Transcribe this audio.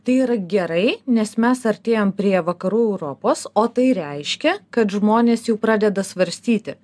tai yra gerai nes mes artėjam prie vakarų europos o tai reiškia kad žmonės jau pradeda svarstyti